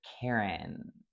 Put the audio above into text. karen